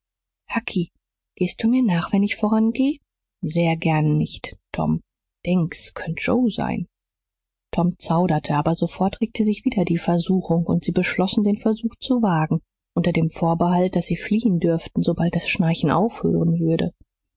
hucky gehst du mir nach wenn ich vorangehe sehr gern nicht tom denk s könnt joe sein tom zauderte aber sofort regte sich wieder die versuchung und sie beschlossen den versuch zu wagen unter dem vorbehalt daß sie fliehen dürften sobald das schnarchen aufhören würde